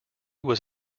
was